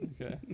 okay